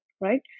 right